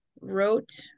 wrote